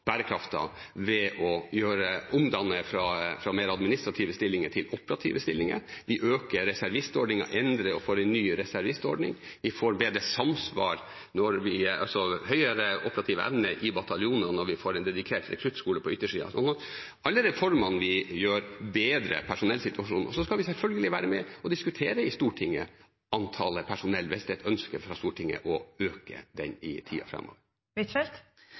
ved å omdanne fra mer administrative stillinger til operative stillinger. Vi øker reservistordningen og endrer og får en ny reservistordning. Vi får en høyere operativ evne i bataljonene når vi får en dedikert rekruttskole på yttersida. Alle reformene vi gjennomfører, bedrer personellsituasjonen. Men vi skal selvfølgelig være med og diskutere antall personell hvis det er et ønske fra Stortinget om å øke det i tida